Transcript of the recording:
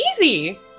easy